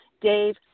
Dave